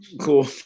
Cool